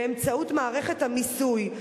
באמצעות מערכת המיסוי,